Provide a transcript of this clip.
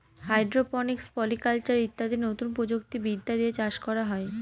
hydroponics, polyculture ইত্যাদি নতুন প্রযুক্তি বিদ্যা দিয়ে চাষ করা হয়